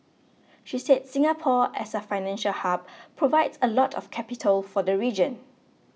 she said Singapore as a financial hub provides a lot of capital for the region